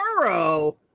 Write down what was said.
Burrow